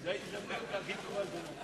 זאת ההזדמנות הכי טובה.